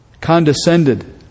condescended